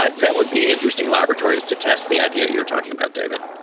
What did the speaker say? but that would be interesting laboratories to test the idea you're talking about david,